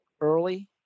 early